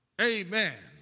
amen